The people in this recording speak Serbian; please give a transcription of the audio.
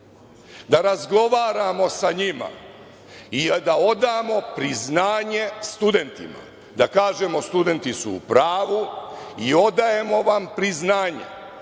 da razgovaramo sa njima i da odamo priznanje studentima, da kažemo – studenti su u pravu i odajemo vam priznanje,